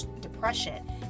depression